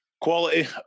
Quality